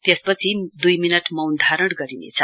त्यसपछि दुई मिनट मौन धारण गरिने छ